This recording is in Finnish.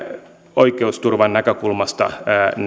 oikeusturvan näkökulmasta